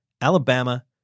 Alabama